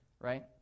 right